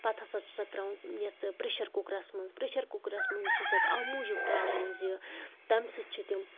پتہٕ ہسا چھِس تراوان یَتھ پریشَر کُکرَس منٛز پریشَر کُکرَس منٛز چھِسَکھ اَمہِ موجوٗب تراوان زِ تمہِ سۭتۍ چھِ تِم